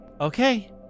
Okay